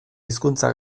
hizkuntza